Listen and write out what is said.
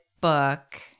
book